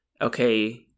okay